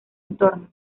entorno